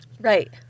Right